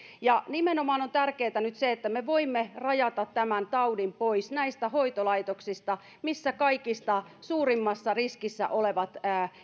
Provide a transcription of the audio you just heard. ja nimenomaan se on nyt tärkeää että me voimme rajata tämän taudin pois näistä hoitolaitoksista missä kaikista suurimmassa riskissä olevat